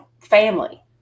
family